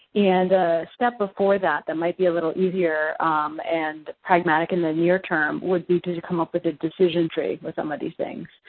and the step before that, that might be a little easier and pragmatic in the near term would be to to come up with a decision tree for some of these things.